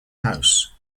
house